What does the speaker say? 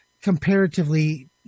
comparatively